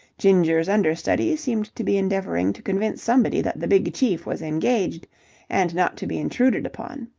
ginger's understudy seemed to be endeavouring to convince somebody that the big chief was engaged and not to be intruded upon.